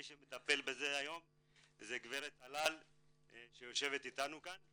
מי שמטפל בזה היום זו גברת טלל שיושבת איתנו כאן,